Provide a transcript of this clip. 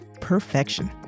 perfection